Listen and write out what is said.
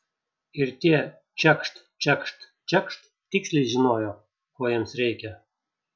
ir tie čekšt čekšt čekšt tiksliai žinojo ko jiems reikia